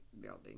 building